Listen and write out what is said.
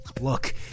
look